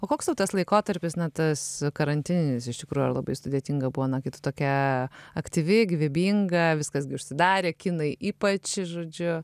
o koks tau tas laikotarpis na tas karantininis iš tikrųjų ar labai sudėtinga buvo na kai tu tokia aktyvi gyvybinga viskas gi užsidarė kinai ypač žodžiu